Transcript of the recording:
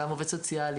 גם עובד סוציאלי,